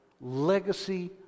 Legacy